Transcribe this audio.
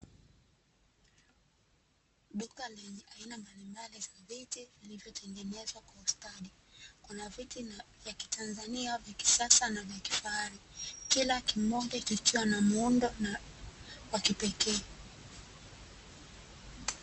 Duka lenye aina mbalimbali za viti, vilivyotengenezwa kwa ustadi, kuna viti vya kitanzania vya kisasa na vya kifahari, kila kimoja kikiwa na muundo wa kipekee.